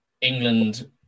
England